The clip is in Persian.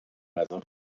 غذا